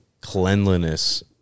cleanliness